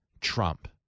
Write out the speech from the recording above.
Trump